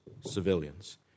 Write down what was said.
civilians